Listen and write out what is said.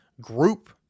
group